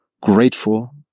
grateful